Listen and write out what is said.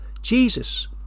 Jesus